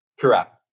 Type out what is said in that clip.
Correct